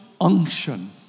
unction